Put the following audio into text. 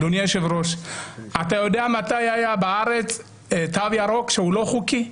אדוני יושב הראש אתה יודע מתי היה בארץ תו ירוק שהוא לא חוקי?